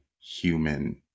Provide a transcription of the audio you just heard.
human